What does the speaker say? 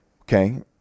Okay